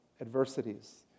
adversities